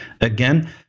again